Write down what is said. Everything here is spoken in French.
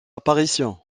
apparition